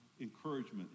encouragement